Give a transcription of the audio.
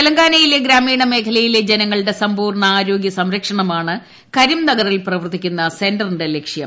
തെലങ്കാനയിലെ ഗ്രാമീണ മേഖലയിലെ ജനങ്ങളുടെ സമ്പൂർണ്ണ ആരോഗ്യ സംരക്ഷണമാണ് കരിംനഗറിൽ പ്രവർത്തിക്കുന്ന സെന്ററിന്റെ ലക്ഷ്യം